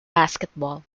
basketball